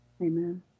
Amen